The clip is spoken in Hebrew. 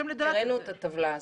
הראינו את הטבלה.